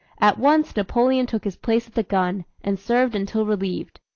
at once napoleon took his place at the gun, and served until relieved.